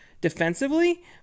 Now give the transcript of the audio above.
defensively